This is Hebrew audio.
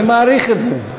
אני מעריך את זה.